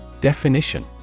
Definition